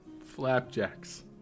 Flapjacks